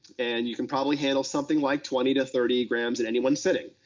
and you can probably handle something like twenty to thirty grams at any one sitting.